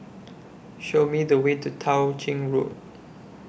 Show Me The Way to Tao Ching Road